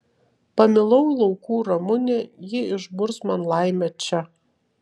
pamilau laukų ramunę ji išburs man laimę čia